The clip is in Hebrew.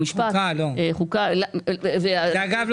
אגב,